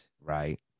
Right